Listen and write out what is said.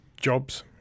jobs